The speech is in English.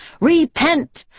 Repent